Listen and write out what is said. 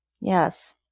Yes